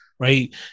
Right